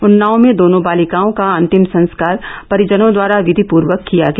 उन्नाव में दोनों बालिकाओं का अंतिम संस्कार परिजनों द्वारा विधिप्र्वक किया गया